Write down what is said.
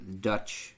Dutch